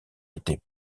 été